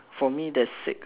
for me there's six